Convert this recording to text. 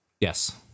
Yes